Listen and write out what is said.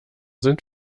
sind